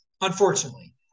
Unfortunately